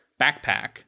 backpack